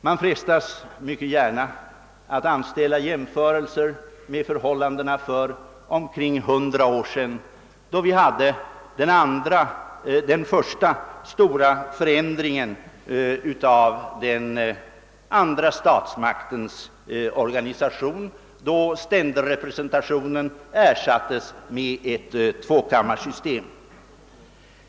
Man frestas mycket gärna att anställa jämförelser med förhållandena för omkring 100 år sedan, då vi hade den första stora förändringen av den andra statsmaktens organisation. Ständerrepresentationen ersattes då med ett tvåkammarsystem.